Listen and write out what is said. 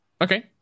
okay